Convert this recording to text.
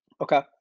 Okay